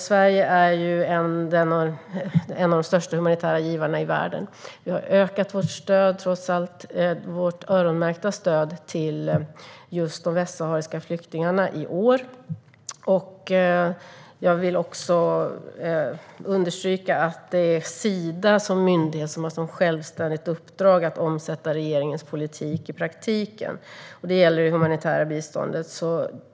Sverige är en av de största humanitära givarna i världen, och vi har trots allt ökat vårt öronmärkta stöd till just de västsahariska flyktingarna i år. Jag vill också understryka att det är Sida som myndighet som har som självständigt uppdrag att omsätta regeringens politik i praktiken. Det gäller även det humanitära biståndet.